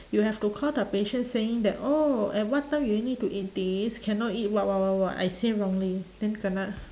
you have to call the patient saying that oh at what time you need to eat this cannot eat what what what what I say wrongly then kena